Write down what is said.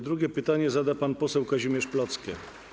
Drugie pytanie zada pan poseł Kazimierz Plocke.